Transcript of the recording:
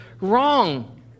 wrong